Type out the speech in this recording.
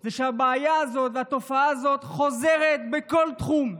זה שהבעיה הזאת והתופעה הזאת חוזרות בכל תחום.